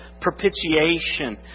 propitiation